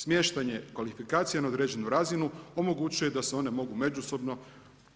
Smještanje kvalifikacije na određenu razinu omogućuje da se one mogu međusobno